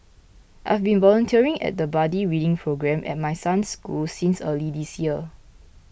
I've been volunteering at the buddy reading programme at my son's school since early this year